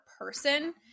person